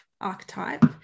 archetype